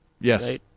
Yes